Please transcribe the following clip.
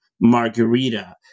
Margarita